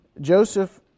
Joseph